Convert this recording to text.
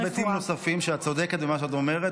יש היבטים נוספים, את צודקת במה שאת אומרת.